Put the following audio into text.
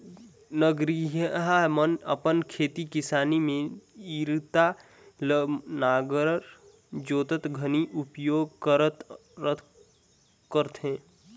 नगरिहा मन अपन खेती किसानी मे इरता ल नांगर जोतत घनी उपियोग करथे